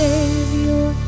Savior